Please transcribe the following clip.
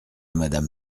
madame